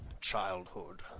Childhood